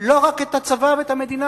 לא רק את הצבא ואת המדינה,